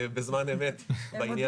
בזמן אמת, בעניין הזה.